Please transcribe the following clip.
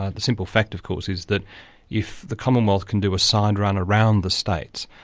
ah the simple fact, of course, is that if the commonwealth can do a side run around the states,